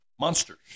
Monsters